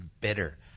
bitter